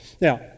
Now